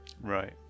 Right